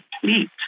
complete